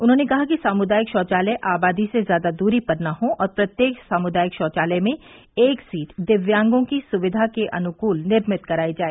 उन्होंने कहा कि सामुदायिक शौचालय आबादी से ज्यादा दूरी पर न हो और प्रत्येक सामुदायिक शौचालय में एक सीट दिव्यांगों की सुविधा के अनुकूल निर्मित करायी जाए